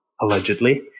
allegedly